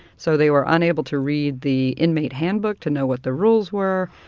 so, they were unable to read the inmate handbook to know what the rules were,